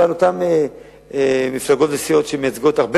אבל אותן מפלגות וסיעות שמייצגות הרבה